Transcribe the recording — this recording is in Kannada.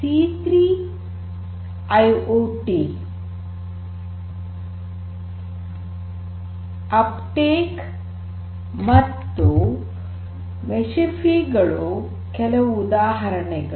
ಸಿ೩ ಐಓಟಿ ಅಪ್ಟೇಕ್ ಮತ್ತು ಮೆಶಿಫಿ ಗಳು ಕೆಲವು ಉದಾಹರಣೆಗಳು